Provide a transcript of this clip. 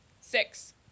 Six